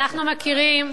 את מסכימה לבנייה בירושלים?